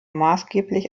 maßgeblich